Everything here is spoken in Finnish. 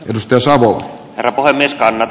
niistä saadun ravulle liiskanat